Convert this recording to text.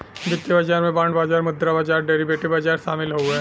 वित्तीय बाजार में बांड बाजार मुद्रा बाजार डेरीवेटिव बाजार शामिल हउवे